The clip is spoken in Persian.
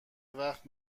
وقت